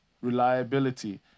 Reliability